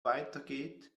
weitergeht